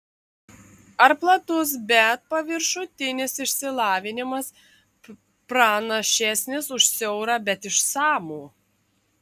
ar platus bet paviršutinis išsilavinimas pranašesnis už siaurą bet išsamų